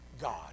God